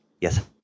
Yes